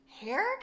hair